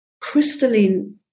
crystalline